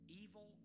evil